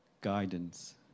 guidance